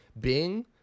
Bing